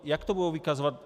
Jak to budou vykazovat?